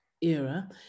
era